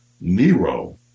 Nero